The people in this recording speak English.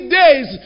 days